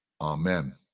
Amen